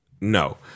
No